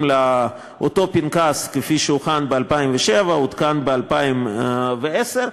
לאותו פנקס שהוכן ב-2007 ועודכן ב-2010,